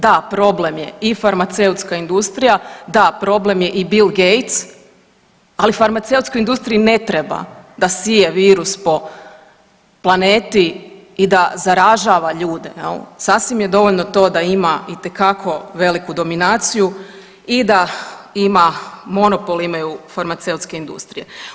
Da problem je i farmaceutska industrija, da problem je i Bill Gates, ali farmaceutskoj ne treba da sije virus po planeti i da zaražava ljude jel, sasvim je dovoljno to da ima itekako veliku dominaciju i da ima monopol imaju farmaceutske industrije.